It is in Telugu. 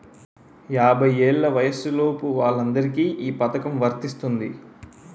యాభై ఏళ్ల వయసులోపు వాళ్ళందరికీ ఈ పథకం వర్తిస్తుంది